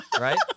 Right